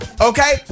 okay